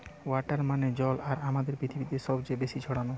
water মানে জল আর আমাদের পৃথিবীতে সবচে বেশি ছড়ানো